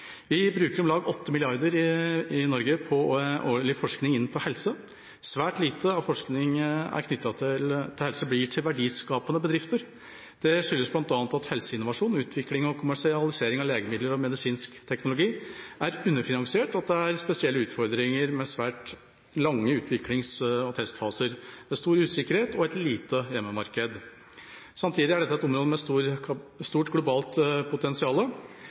Vi bruker om lag 8 mrd. kr årlig i Norge på forskning innenfor helsefeltet. Svært lite av forskningen som er knyttet til helse, blir til verdiskapende bedrifter. Det skyldes bl.a. at helseinnovasjon, utvikling og kommersialisering av legemidler og medisinsk teknologi er underfinansiert, og at det er spesielle utfordringer med svært lange utviklings- og testfaser. Det er stor usikkerhet og et lite hjemmemarked. Samtidig er dette et område med et stort globalt potensial.